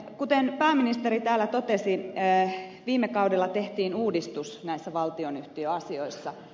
kuten pääministeri täällä totesi viime kaudella tehtiin uudistus näissä valtionyhtiöasioissa